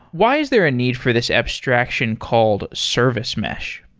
why is there a need for this abstraction called service mesh?